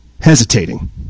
hesitating